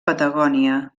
patagònia